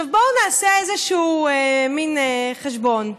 בואו נעשה מין חשבון.